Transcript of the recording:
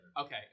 Okay